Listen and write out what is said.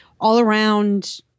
all-around